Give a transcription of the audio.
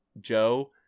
Joe